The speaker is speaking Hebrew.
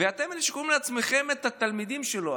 ואתם אלה שקוראים לעצמכם התלמידים שלו,